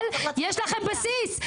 אבל יש לכם בסיס.